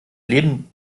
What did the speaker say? leben